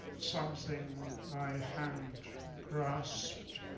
something my hand crossed